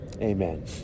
Amen